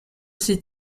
ses